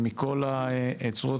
מכל הצורות,